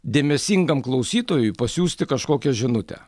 dėmesingam klausytojui pasiųsti kažkokią žinutę